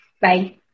bye